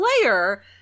player